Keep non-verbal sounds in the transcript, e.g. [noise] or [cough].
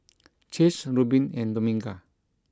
[noise] Chase Reubin and Dominga